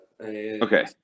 Okay